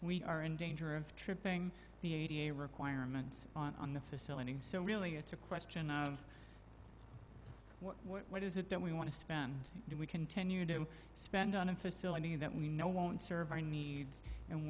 we are in danger of tripping the a requirement on the facility so really it's a question of what is it that we want to spend do we continue to spend on a facility that we know won't serve our needs and